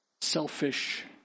selfish